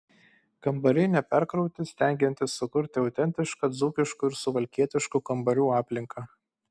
kambariai neperkrauti stengiantis sukurti autentišką dzūkiškų ir suvalkietiškų kambarių aplinką